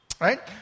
right